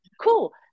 cool